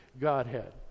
Godhead